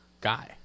guy